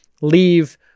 leave